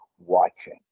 watching